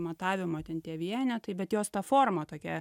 matavimo ten tie vienetai bet jos ta forma tokia